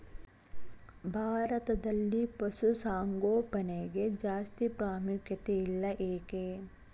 ಭಾರತದಲ್ಲಿ ಪಶುಸಾಂಗೋಪನೆಗೆ ಜಾಸ್ತಿ ಪ್ರಾಮುಖ್ಯತೆ ಇಲ್ಲ ಯಾಕೆ?